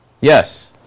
Yes